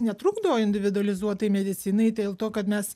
netrukdo individualizuotai medicinai dėl to kad mes